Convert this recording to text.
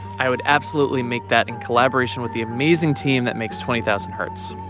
i would absolutely make that in collaboration with the amazing team that makes twenty thousand hertz